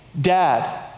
dad